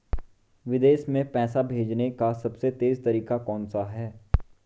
विदेश में पैसा भेजने का सबसे तेज़ तरीका कौनसा है?